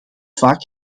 vaak